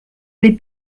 les